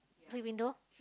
three window